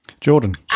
Jordan